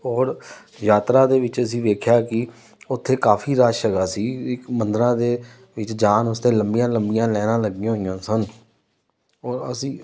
ਔਰ ਯਾਤਰਾ ਦੇ ਵਿੱਚ ਅਸੀਂ ਵੇਖਿਆ ਕਿ ਉੱਥੇ ਕਾਫੀ ਰਸ਼ ਹੈਗਾ ਸੀ ਇੱਕ ਮੰਦਰਾਂ ਦੇ ਵਿੱਚ ਜਾਣ ਵਸਤੇ ਲੰਬੀਆਂ ਲੰਬੀਆਂ ਲੈਨਾਂ ਲੱਗੀਆਂ ਹੋਈਆਂ ਸਨ ਔਰ ਅਸੀਂ